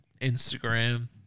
Instagram